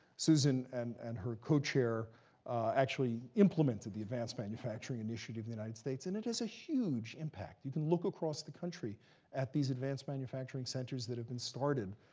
susan and and her co-chair actually implemented the advanced manufacturing initiative in the united states, and it has a huge impact. you can look across the country at these advanced manufacturing centers that have been started.